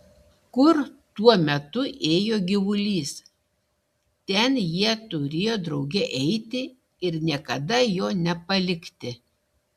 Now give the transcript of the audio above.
kur tuo metu ėjo gyvulys ten jie turėjo drauge eiti ir niekada jo nepalikti